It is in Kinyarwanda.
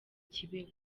kibeho